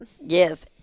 yes